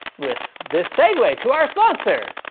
with this segue to our sponsor.